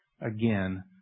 again